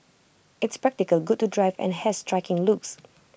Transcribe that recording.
it's practical good to drive and has striking looks